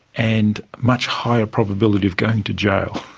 and much higher probability of going to jail